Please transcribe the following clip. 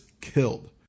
killed